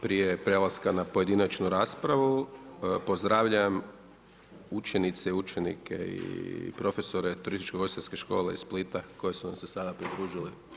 Prije prelaska na pojedinačnu raspravu pozdravljam učenice i učenike i profesore Turističko ugostiteljske škole iz Splita koji su nam se sada pridružili.